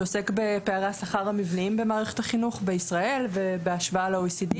שעוסק בפערי השכר המבניים במערכת החינוך בישראל ובהשוואה ל-OECD.